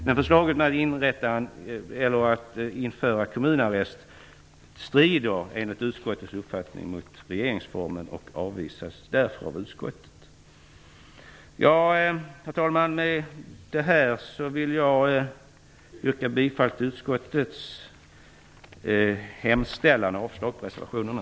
Men förslaget om att införa kommunarrest strider enligt utskottets uppfattning mot regeringsformen och avvisas därför av utskottet. Herr talman! Med detta vill jag yrka bifall till utskottets hemställan och avslag på reservationerna.